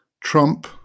Trump